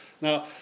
Now